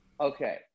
Okay